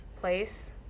place